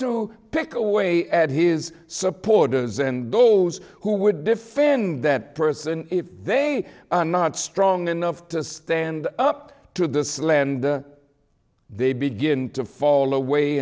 to pick away at his supporters and those who would defend that person if they are not strong enough to stand up to the sled and they begin to fall away